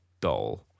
dull